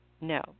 No